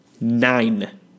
nine